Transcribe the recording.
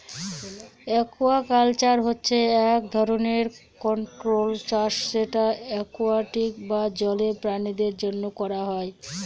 aquaculture হচ্ছে এক ধরনের কন্ট্রোল্ড চাষ যেটা একুয়াটিক বা জলের প্রাণীদের জন্য করা হয়